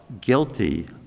guilty